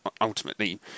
ultimately